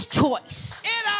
choice